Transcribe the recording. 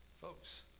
Folks